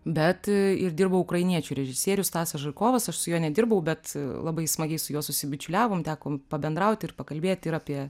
bet ir dirbo ukrainiečių režisierius stasas žykovas aš su juo nedirbau bet labai smagiai su juo susibičiuliavom teko pabendrauti ir pakalbėti ir apie